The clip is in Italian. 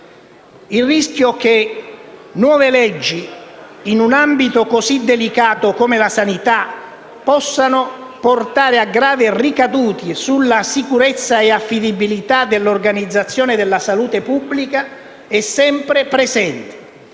Il rischio che nuove leggi, in un ambito così delicato come la sanità, possano portare a gravi ricadute sulla sicurezza e sull'affidabilità dell'organizzazione della salute pubblica è sempre presente